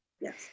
yes